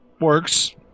works